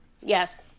Yes